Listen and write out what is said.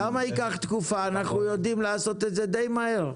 למה ייקח תקופה, אנחנו יודעים לעשות את זה די מהר.